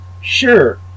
sure